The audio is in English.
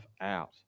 out